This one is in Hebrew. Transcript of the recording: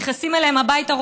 נכנסים אליהם הביתה,